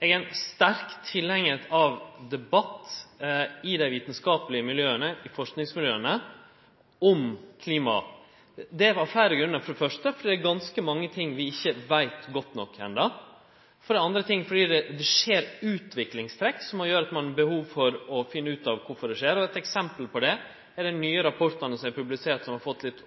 Eg er ein sterk tilhengar av debatt i dei vitskapelege miljøa og i forskingsmiljøa om klima. Det er av fleire grunnar: for det første fordi det er ganske mange ting vi ikkje veit godt nok enda, for det andre fordi det skjer utvikling som gjer at ein har behov for å finne ut av korfor det skjer. Eit eksempel på det er dei nye rapportane som er publiserte, og som har fått litt